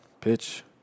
Pitch